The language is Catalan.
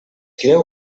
creu